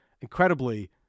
incredibly